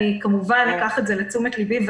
אני כמובן אקח את זה לתשומת לבי.